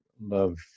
love